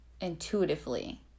intuitively